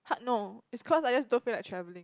ha~ no it's cause I just don't feel like travelling